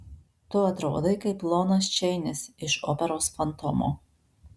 tu atrodai kaip lonas čeinis iš operos fantomo